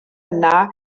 yna